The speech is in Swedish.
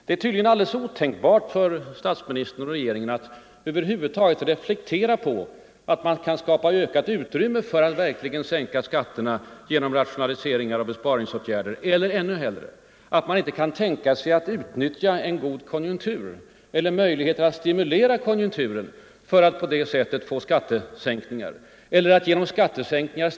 Det är tydligen alldeles otänkbart för statsministern och regeringen att över huvud taget reflektera på att man kan skapa ökat utrymme för att verkligen sänka skatterna genom rationaliseringar och besparingsåtgärder eller på att man, ännu hellre, kan utnyttja en god konjunktur eller stimulera konjunkturen för att på det sättet få utrymme för skattesänkningar.